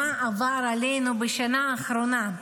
מה עבר עלינו בשנה האחרונה.